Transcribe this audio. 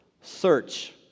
search